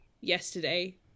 yesterday